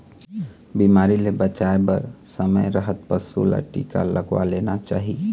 बिमारी ले बचाए बर समे रहत पशु ल टीका लगवा लेना चाही